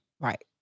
Right